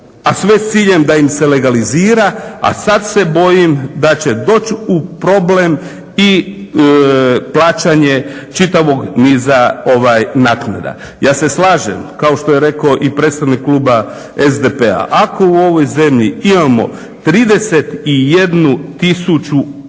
a sve s ciljem da im se legalizira, a sad se bojim da će doći u problem i plaćanje čitavog niza naknada. Ja se slažem, kao što je rekao i predstavnik kluba SDP-a, ako u ovoj zemlji imamo 31